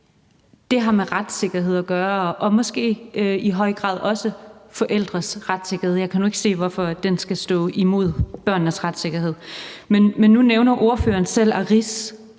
den har med retssikkerhed at gøre og måske i høj grad også forældres retssikkerhed. Jeg kan nu ikke se, hvorfor den skal stå i modsætning til børnenes retssikkerhed. Men nu nævner ordføreren selv Ariz